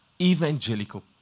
evangelical